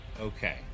Okay